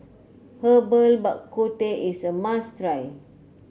Herbal Bak Ku Teh is a must try